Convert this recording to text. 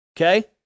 Okay